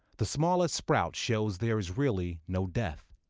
the smallest sprout shows there is really no death,